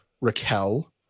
Raquel